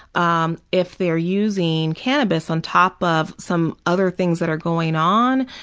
um if they are using cannabis on top of some other things that are going on,